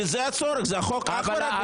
כי זה חוק שהוא אך ורק בשביל הליכוד.